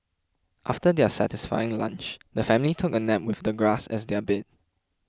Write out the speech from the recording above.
after their satisfying lunch the family took a nap with the grass as their bed